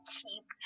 keep